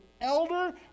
elder